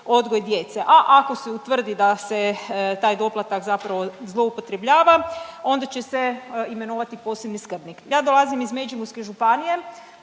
odgoj djece. A ako se utvrdi da se taj doplatak zapravo zloupotrebljava onda će se imenovati posebni skrbnik.“ Ja dolazim iz Međimurske županije,